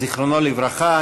זיכרונו לברכה.